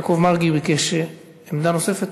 וחבר הכנסת יעקב מרגי ביקש, עמדה נוספת.